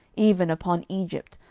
even upon egypt,